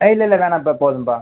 இல்லை இல்லை வேணாம்ப்பா போதும்ப்பா